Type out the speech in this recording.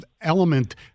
element